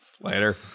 Later